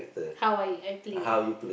how I I play